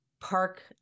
park